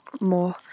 more